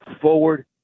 forward